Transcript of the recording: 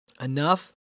enough